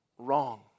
wrong